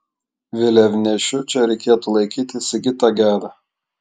vėliavnešiu čia reikėtų laikyti sigitą gedą